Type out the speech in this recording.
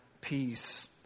peace